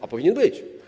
A powinien być.